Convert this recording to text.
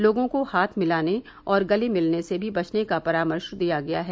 लोगों को हाथ मिलाने और गले मिलने से भी बचने का परामर्श दिया गया है